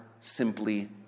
simply